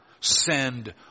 send